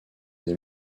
des